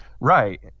Right